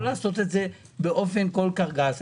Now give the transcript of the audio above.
לא לעשות את זה באופן כל כך גס.